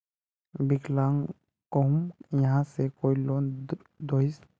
विकलांग कहुम यहाँ से कोई लोन दोहिस?